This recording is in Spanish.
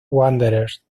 wanderers